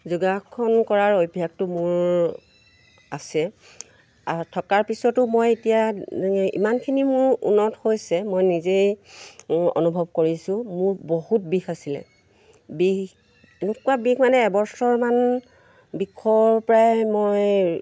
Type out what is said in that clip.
যোগাসন কৰাৰ অভ্যাসটো মোৰ আছে থকাৰ পিছতো মই এতিয়া ইমানখিনি মোৰ উন্নত হৈছে মই নিজেই অনুভৱ কৰিছোঁ মোৰ বহুত বিষ আছিলে বিষ এনেকুৱা বিষ মানে এবছৰমান বিষৰ পৰাই মই